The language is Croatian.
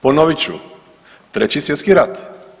Ponovit ću treći svjetski rat.